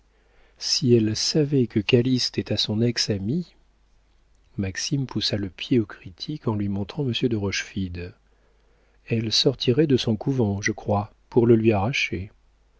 si elle savait que calyste est à son ex amie maxime poussa le pied au critique en lui montrant monsieur de rochefide elle sortirait de son couvent je crois pour le lui arracher